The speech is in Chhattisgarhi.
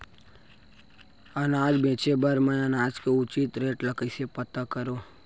अनाज बेचे बर मैं अनाज के उचित रेट ल कइसे पता करो?